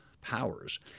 powers